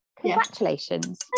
congratulations